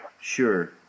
Sure